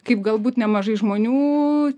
kaip galbūt nemažai žmonių